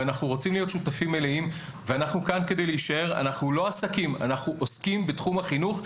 אנחנו לא עסקים, אנחנו עוסקים בתחום החינוך.